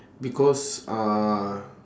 because uh